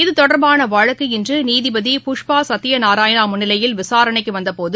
இது தொடர்பானவழக்கு இன்றுநீதிபதி புஷ்பாசத்யநாராயணாமுன்னிலையில் விசாரணைக்குவந்தபோது